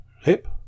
Hip